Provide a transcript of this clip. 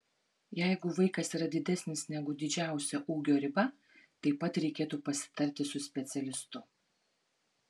jeigu vaikas yra didesnis negu didžiausia ūgio riba taip pat reikėtų pasitarti su specialistu